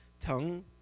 tongue